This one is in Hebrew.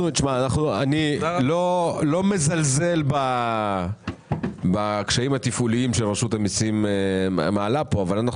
אני לא מזלזל בקשיים התפעוליים שרשות המסים מעלה כאן אבל אנחנו